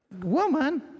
Woman